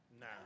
No